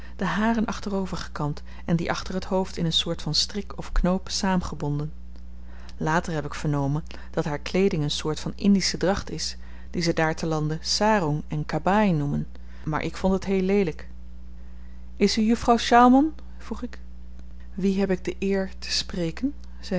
de haren achterover gekamd en die achter het hoofd in een soort van strik of knoop saamgebonden later heb ik vernomen dat haar kleeding een soort van indische dracht is die ze daar te lande sarong en kabaai noemen maar ik vond het heel leelyk is u juffrouw sjaalman vroeg ik wien heb ik de eer te spreken